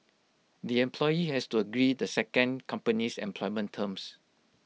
the employee has to agree the second company's employment terms